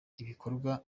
ibikorwa